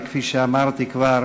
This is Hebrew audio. וכפי שאמרתי כבר,